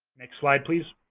next slide, please.